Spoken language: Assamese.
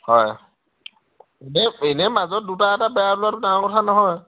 হয় এনে এনেই মাজত দুটা এটা বেয়া ওলোৱাটো ডাঙৰ কথা নহয়